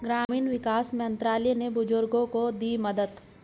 ग्रामीण विकास मंत्रालय ने बुजुर्गों को दी मदद